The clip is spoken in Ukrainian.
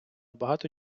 багато